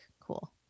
Cool